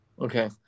Okay